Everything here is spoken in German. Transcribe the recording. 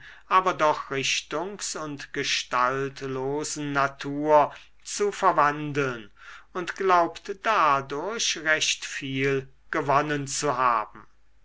aber doch richtungs und gestaltlosen natur zu verwandeln und glaubt dadurch recht viel gewonnen zu haben